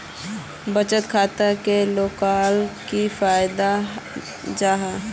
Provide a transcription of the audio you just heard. बचत खाता से लोगोक की फायदा जाहा?